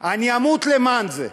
אני אמות למען זה.